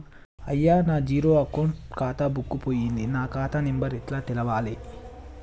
అయ్యా నా zero account ఖాతా బుక్కు పోయింది నా ఖాతా నెంబరు ఎట్ల తెలవాలే?